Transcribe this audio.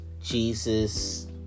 Jesus